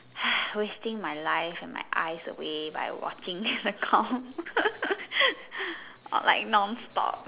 wasting my life and my eyes away by watching the com or like non stop